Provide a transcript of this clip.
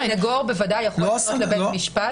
הסניגור בוודאי יכול לפנות לבית משפט.